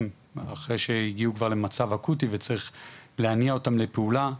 אחרי שהגיעו כבר למצב אקוטי וצריך להניע אותם לפעולה,